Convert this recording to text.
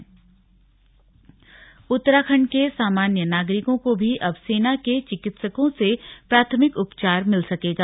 slug Anil Baluni Uttarakhand के सामान्य नागरिकों को भी अब सेना के चिकित्सकों से प्राथमिक उपचार मिल सकेगा